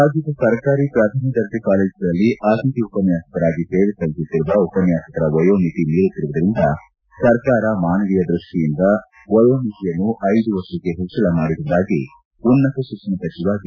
ರಾಜ್ದದ ಸರ್ಕಾರಿ ಪ್ರಥಮ ದರ್ಜೆ ಕಾಲೇಜುಗಳಲ್ಲಿ ಅತಿಥಿ ಉಪನ್ನಾಸಕರಾಗಿ ಸೇವೆ ಸಲ್ಲಿಸುತ್ತಿರುವ ಉಪನ್ನಾಸಕರ ವಯೋಮಿತಿ ಮೀರುತ್ತಿರುವುದರಿಂದ ಸರ್ಕಾರ ಮಾನವೀಯ ದ್ವಷ್ಟಿಯಿಂದ ವಯೋಮಿತಿಯನ್ನು ಐದು ವರ್ಷಕ್ಕೆ ಹೆಚ್ಚಳ ಮಾಡಿರುವುದಾಗಿ ಉನ್ನತ ಶಿಕ್ಷಣ ಸಚಿವ ಜಿ